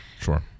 Sure